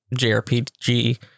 jrpg